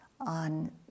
on